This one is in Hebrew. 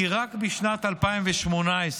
כי רק בשנת 2018,